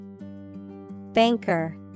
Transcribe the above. Banker